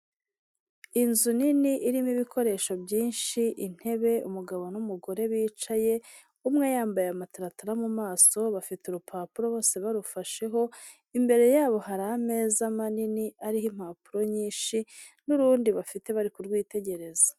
Inzu nini irimo ibikoresho byinshi, intebe, umugabo n'umugore bicaye, umwe yambaye amataratara mu maso, bafite urupapuro bose barufasheho, imbere yabo hari ameza manini ariho impapuro nyinshi n'urundi bafite bari kurwitegereza.